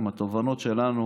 עם התובנות שלנו.